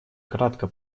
кратко